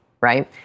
right